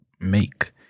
Make